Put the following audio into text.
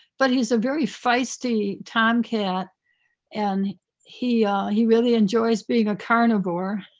but he's a very feisty tomcat and he he really enjoys being a carnivore.